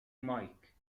مايك